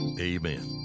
Amen